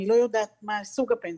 אני לא יודעת מה סוג הפנסיה.